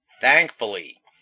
Thankfully